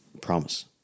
promise